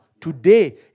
today